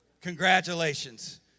Congratulations